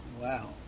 Wow